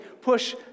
push